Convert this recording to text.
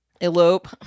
Elope